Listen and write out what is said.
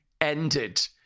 ended